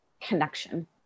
connection